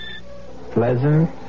pleasant